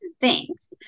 Thanks